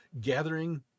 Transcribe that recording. gathering